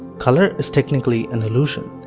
color is technically an illusion.